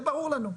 זה ברור לנו,